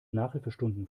nachhilfestunden